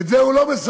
את זה הוא לא מספר.